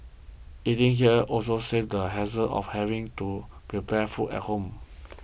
eating here also saves the hassle of having to prepare food at home